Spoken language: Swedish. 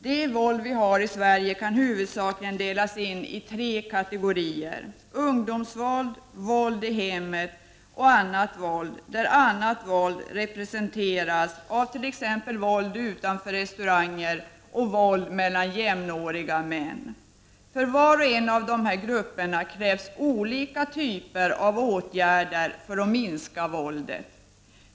Det våld vi har i Sverige kan huvudsakligen delas in i tre kategorier: ungdomsvåld, våld i hemmet och annat våld, t.ex. våld utanför restauranger och våld mellan jämnåriga män. För var och en av dessa grupper krävs olika typer av åtgärder för att minska våldet.